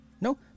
No